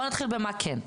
בואי נתחיל במה אתם כן,